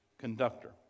conductor